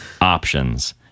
options